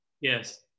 Yes